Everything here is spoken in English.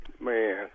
Man